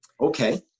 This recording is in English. Okay